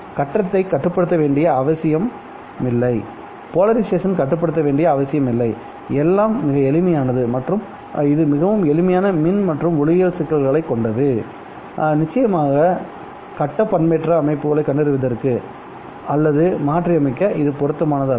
கட்டத்தை கட்டுப்படுத்த வேண்டிய அவசியமில்லை போலரியேசன் கட்டுப்படுத்த வேண்டிய அவசியமில்லைஎல்லாம் மிகவும் எளிமையானது மற்றும் இது மிகவும் எளிமையான மின் மற்றும் ஒளியியல் சிக்கல்களை கொண்டதுநிச்சயமாக கட்டம் பண்பேற்றப்பட்ட அமைப்புகளை கண்டறிவதற்குஅல்லது மாற்றியமைக்க இது பொருத்தமானதல்ல